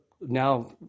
now